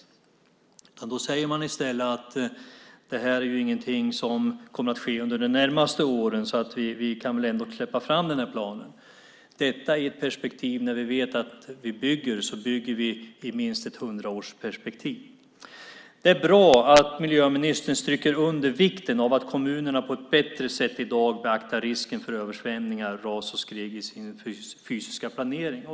I stället säger man att det här inte är någonting som kommer att ske under de närmaste åren så vi kan väl ändå släppa fram den här planen - detta i ett perspektiv där vi vet att när vi bygger så bygger vi i minst ett hundraårsperspektiv. Det är bra att miljöministern stryker under vikten av att kommunerna på ett bättre sätt i dag beaktar risken för översvämningar, ras och skred i sin fysiska planering.